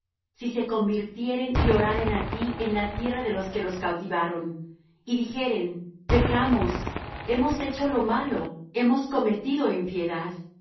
si se convirtieren y oraren á ti en la tierra de los que los cautivaron y dijeren pecamos hemos hecho lo malo hemos cometido impiedad